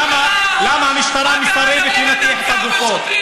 למה המשטרה מסרבת לנתח את הגופות?